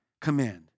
command